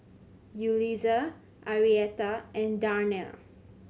Yulisa Arietta and Darnell